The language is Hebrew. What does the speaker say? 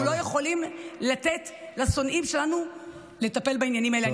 אנחנו לא יכולים לתת לשונאים שלנו לטפל בעניינים האלה.